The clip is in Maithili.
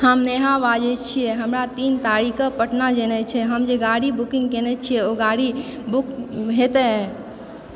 हम नेहा बाजय छियै हमरा तीन तारीख़ के पटना जेनाइ छै हम जे गाड़ी बूकिंग केने छियै ओ गाड़ी बुक हेतै